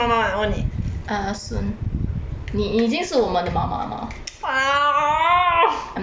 uh soon 你已经是我们的妈妈嘛 I'm not wrong